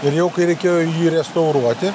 ir jau kai reikėjo jį restauruoti